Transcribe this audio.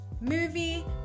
movie